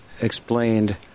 explained